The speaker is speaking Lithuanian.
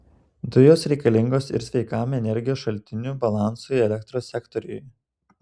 dujos reikalingos ir sveikam energijos šaltinių balansui elektros sektoriuje